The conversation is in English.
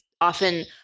often